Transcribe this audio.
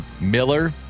Miller